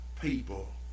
people